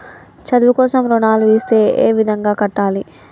చదువు కోసం రుణాలు ఇస్తే ఏ విధంగా కట్టాలి?